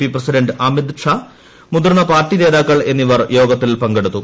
P president Amit Shah മുതിർന്ന party നേതാക്കൾ എന്നിവർ യോഗത്തിൽ പങ്കെടുത്തു